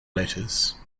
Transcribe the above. letters